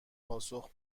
پاسخ